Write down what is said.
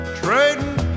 trading